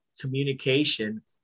communication